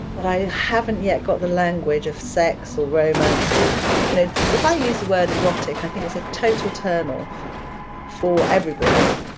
but i haven't yet got the language of sex or romance you know if i use the word erotic i think it's a total turn off for everybody